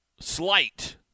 slight